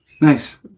Nice